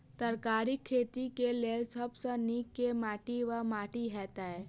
तरकारीक खेती केँ लेल सब सऽ नीक केँ माटि वा माटि हेतै?